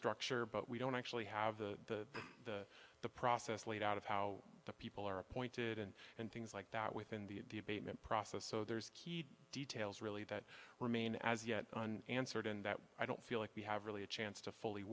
structure but we don't actually have the the the process laid out of how the people are appointed and and things like that within the basement process so there's key details really that remain as yet answered in that i don't feel like we have really a chance to fully